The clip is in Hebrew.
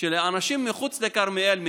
ושלאנשים מחוץ לכרמיאל,